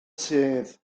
sedd